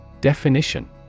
Definition